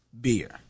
beer